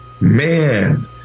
man